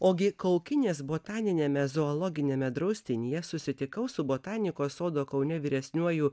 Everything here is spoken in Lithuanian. ogi kaukinės botaniniame zoologiniame draustinyje susitikau su botanikos sodo kaune vyresniuoju